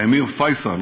האמיר פייסל